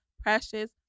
Precious